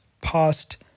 past